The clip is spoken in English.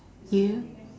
you